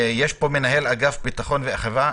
יש פה מנהל אגף ביטחון ואכיפה,